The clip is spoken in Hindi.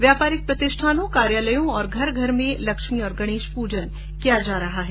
व्यापारिक प्रतिष्ठानों कार्यालयों और घर घर में लक्ष्मी और गणेश पूजन किया जा रहा है